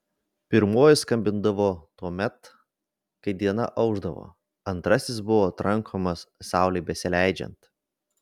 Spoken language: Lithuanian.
pirmuoju skambindavo tuomet kai diena aušdavo antrasis buvo trankomas saulei besileidžiant